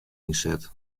ynset